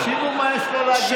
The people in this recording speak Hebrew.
תקשיבו מה יש לו להגיד לכם.